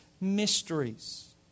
mysteries